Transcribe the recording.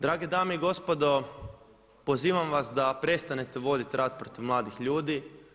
Drage dame i gospodo pozivam vas da prestanete vodit rat protiv mladih ljudi.